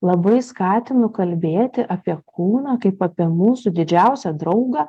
labai skatinu kalbėti apie kūną kaip apie mūsų didžiausią draugą